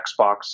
Xbox